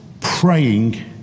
praying